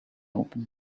open